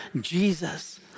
Jesus